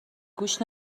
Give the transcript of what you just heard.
گوش